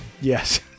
Yes